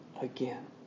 again